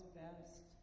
best